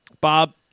Bob